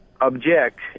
object